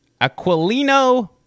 Aquilino